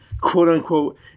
quote-unquote